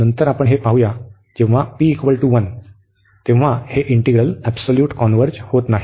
नंतर आपण हे पाहूया जेव्हा p 1 हे इंटिग्रल एबसोल्यूट कॉन्व्हर्ज होत नाही